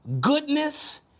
goodness